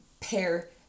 pair